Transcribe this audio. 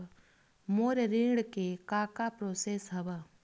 मोर ऋण के का का प्रोसेस हवय?